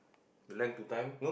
you lend two time